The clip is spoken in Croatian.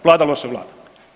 Vlada loše vlada.